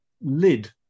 lid